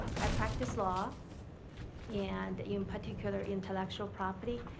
i practice law and in particular intellectual property,